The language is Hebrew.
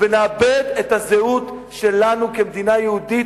ונאבד את הזהות שלנו כמדינה יהודית.